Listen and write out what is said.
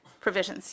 provisions